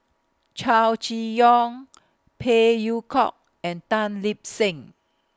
Chow Chee Yong Phey Yew Kok and Tan Lip Seng